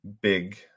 big